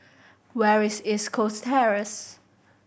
where is East Coast Terrace